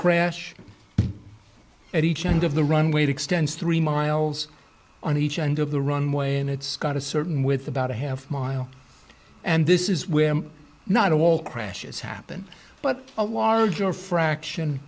crash at each end of the runway extends three miles on each end of the runway and it's got a certain with about a half mile and this is where not all crashes happen but a larger fraction